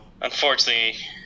unfortunately